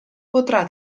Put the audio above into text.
potrà